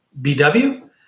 BW